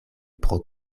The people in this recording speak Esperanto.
pro